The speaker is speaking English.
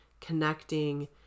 connecting